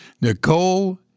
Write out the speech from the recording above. Nicole